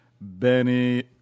Benny